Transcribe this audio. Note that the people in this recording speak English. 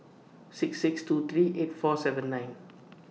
six six two three eight four seven nine